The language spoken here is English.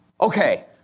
okay